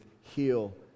heal